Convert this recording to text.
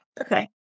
Okay